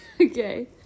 Okay